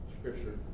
Scripture